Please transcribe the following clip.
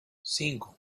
cinco